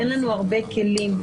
אין לנו הרבה כלים.